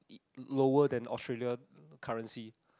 lower than Australia currency